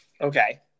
Okay